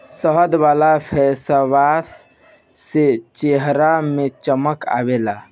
शहद वाला फेसवाश से चेहरा में चमक आवेला